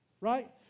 right